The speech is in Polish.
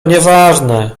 nieważne